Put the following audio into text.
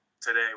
today